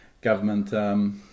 Government